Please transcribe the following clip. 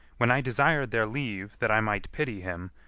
when i desired their leave that i might pity him,